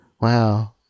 Wow